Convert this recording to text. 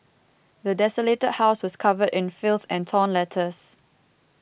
the desolated house was covered in filth and torn letters